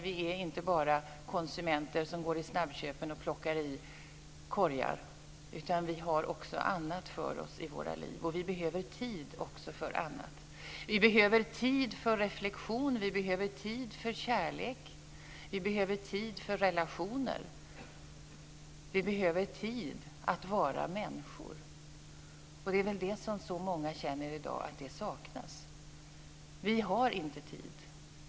Vi är inte bara konsumenter som går i snabbköpen och plockar i korgarna, utan vi har också annat för oss i våra liv, och vi behöver tid också för annat. Vi behöver tid för reflexion. Vi behöver tid för kärlek. Vi behöver tid för relationer. Vi behöver tid att vara människor. Det är det som så många känner saknas i dag. Vi har inte tid.